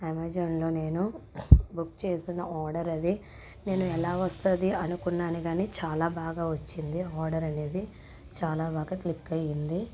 అమెజాన్లో నేను బుక్ చేసిన ఆర్డర్ అది నేను ఎలా వస్తుంది అనుకున్నాను కానీ చాలా బాగా వచ్చింది ఆర్డర్ అనేది చాలా బాగా క్లిక్ అయింది